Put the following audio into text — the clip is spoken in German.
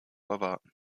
erwarten